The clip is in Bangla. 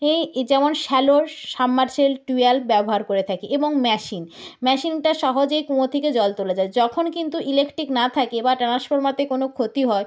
এই ই যেমন শ্যালোর সাবমার্শেল টুয়েলভ ব্যবহার করে থাকি এবং মেশিন মেশিনটা সহজেই কুয়ো থেকে জল তোলা যায় যখন কিন্তু ইলেকট্রিক না থাকে বা ট্রানাসফর্মারে কোনও ক্ষতি হয়